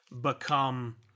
become